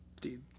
Dude